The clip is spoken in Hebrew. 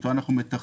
אתו אנחנו מתחזקים,